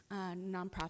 nonprofit